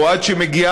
או עד שמגיעה